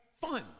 fun